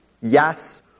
Yes